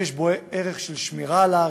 יש בה ערך של שמירה על הארץ,